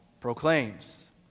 proclaims